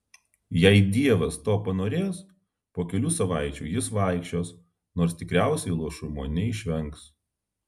jei dievas to panorės po kelių savaičių jis vaikščios nors tikriausiai luošumo neišvengs